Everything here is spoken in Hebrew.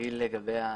לגבי התצהיר.